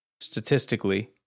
Statistically